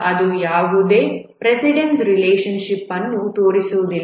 ಅದೂ ಯಾವುದೇ precedence relationship ಅನ್ನು ತೋರಿಸುವುದಿಲ್ಲ